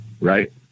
Right